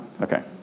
Okay